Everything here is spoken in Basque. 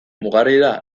mugarrira